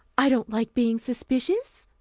i don't like being suspicious.